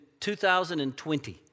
2020